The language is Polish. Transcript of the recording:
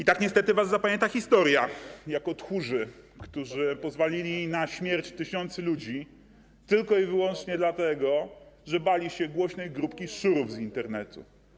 I niestety tak was zapamięta historia - jako tchórzy, którzy pozwolili na śmierć tysięcy ludzi tylko i wyłącznie dlatego, że bali się głośnej grupki szurów z Internetu.